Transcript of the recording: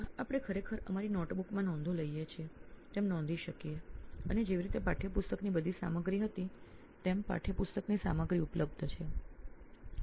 તેમાં જેવી રીતે આપ નોંધપોથીમાં નોંધ લો છો તેમ અહીં ખરેખર નોંધ લઈ શકો છો અને જે રીતે આપણી પાસે પાઠ્યપુસ્તકોની સામગ્રી હતી તેમ સમગ્ર પાઠ્યપુસ્તકની સામગ્રી પણ ઉપલબ્ધ છે